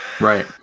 right